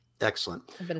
Excellent